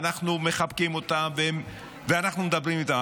אנחנו מחבקים אותן ואנחנו מדברים איתן,